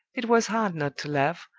it was hard not to laugh,